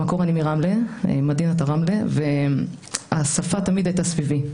במקור אני מרמלה והשפה תמיד הייתה סביבי.